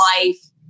life